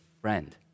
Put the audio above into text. friend